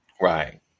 Right